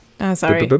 Sorry